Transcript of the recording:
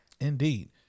indeed